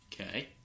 Okay